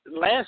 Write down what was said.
last